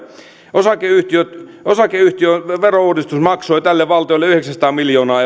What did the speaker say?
osakeyhtiön osakeyhtiön verouudistus maksoi tälle valtiolle yhdeksänsataa miljoonaa